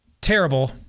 Terrible